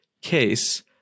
case